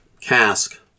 cask